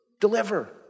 Deliver